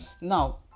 now